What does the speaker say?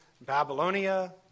Babylonia